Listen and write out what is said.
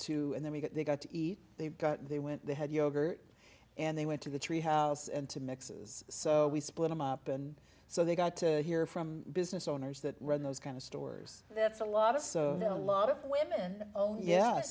to and then we got they got to eat they've got they went they had yogurt and they went to the tree house and to mixes so we split them up and so they got to hear from business owners that run those kind of stores that's a lot of so there's a lot of women oh yeah